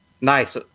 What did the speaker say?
nice